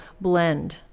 blend